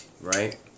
right